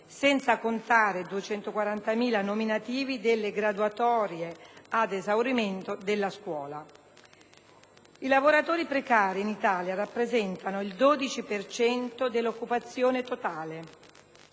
senza contare i 240.000 nominativi delle graduatorie ad esaurimento della scuola. I lavoratori precari in Italia rappresentano il 12 per cento dell'occupazione totale,